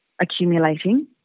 accumulating